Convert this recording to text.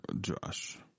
Josh